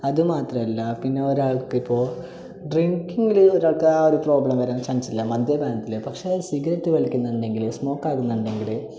അതുമാത്രമല്ല പിന്നെ ഒരാൾക്ക് ഇപ്പോൾ ഡ്രിങ്കിങ്ങില് ഒരാൾക്ക് ആ ഒരു പ്രോബ്ലം വരാൻ ചാൻസില്ല മദ്യപാനത്തില് പക്ഷേ സിഗററ്റ് വലിക്കുന്നുണ്ടെങ്കില് സ്മോക്കാക്കുന്നുണ്ടെങ്കില്